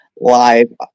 live